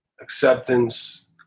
Acceptance